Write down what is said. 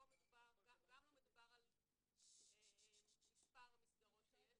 פה גם לא מדובר על מספר מסגרות שיש,